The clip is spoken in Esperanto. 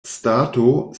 stato